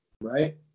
right